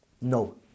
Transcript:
No